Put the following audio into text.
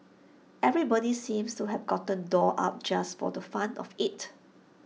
everybody seems to have gotten dolled up just for the fun of IT